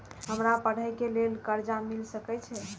हमरा पढ़े के लेल कर्जा मिल सके छे?